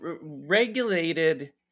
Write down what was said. regulated